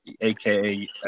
aka